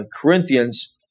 Corinthians